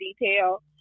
detail